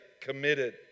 committed